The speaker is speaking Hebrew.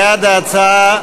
בעד ההצעה,